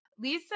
Lisa